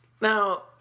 now